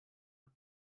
art